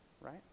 right